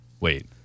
wait